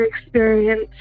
experience